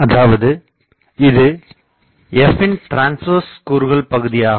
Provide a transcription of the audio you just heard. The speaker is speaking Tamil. அதாவது இது f ன் டிரான்ஸ்வர்ஸ் கூறுகளின் பகுதியாகும்